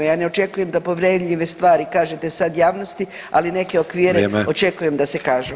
Ja ne očekujem da povjerljive stvari kažete sad javnosti, ali neke okvire očekujem da se kažu.